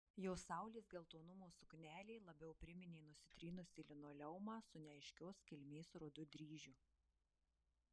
jos saulės geltonumo suknelė labiau priminė nusitrynusį linoleumą su neaiškios kilmės rudu dryžiu